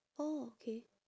oh okay